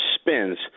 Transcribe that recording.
spins